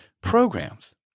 programs